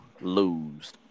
lose